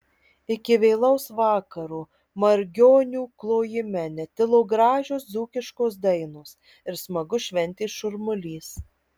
iki vėlaus vakaro margionių klojime netilo gražios dzūkiškos dainos ir smagus šventės šurmulys